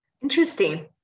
Interesting